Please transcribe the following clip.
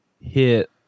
hit